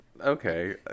Okay